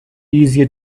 easier